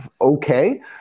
okay